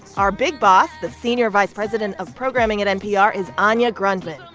our big boss, the senior vice president of programming at npr, is anya grundmann.